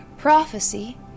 prophecy